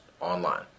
Online